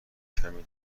کمی